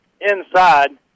inside